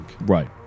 Right